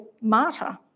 martyr